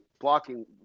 blocking